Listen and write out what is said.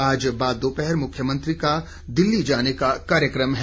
आज बाद दोपहर मुख्यमंत्री का दिल्ली जाने का कार्यक्रम है